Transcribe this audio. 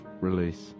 release